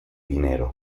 dinero